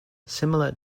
similar